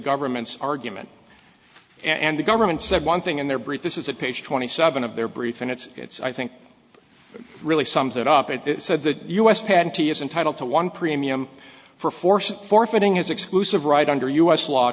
government's argument and the government said one thing in their brief this is a page twenty seven of their brief and it's it's i think really sums it up it said the us penty is entitled to one premium for forces forfeiting his exclusive right under u s law